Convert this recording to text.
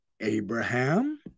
Abraham